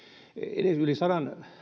edes yli sadan